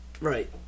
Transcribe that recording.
Right